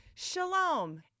Shalom